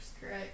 correct